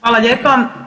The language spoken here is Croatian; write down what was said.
Hvala lijepa.